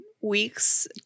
weeks